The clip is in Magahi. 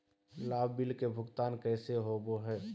लाभ बिल के भुगतान कैसे होबो हैं?